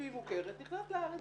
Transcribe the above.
אם היא מוכרת, נכנס לארץ.